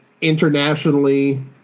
internationally